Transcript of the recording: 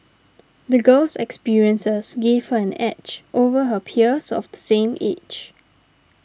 the girl's experiences gave her an edge over her peers of the same age